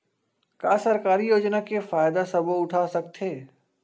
का सरकारी योजना के फ़ायदा सबो उठा सकथे?